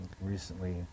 recently